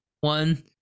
one